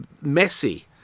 messy